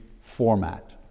format